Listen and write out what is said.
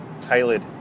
tailored